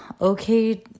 Okay